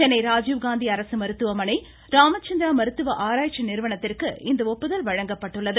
சென்னை ராஜீவ் காந்தி அரசு மருத்துவமனை ராமச்சந்திர மருத்துவ ஆராய்ச்சி நிறுவனத்திற்கு இந்த ஒப்புதல் வழங்கப்பட்டுள்ளது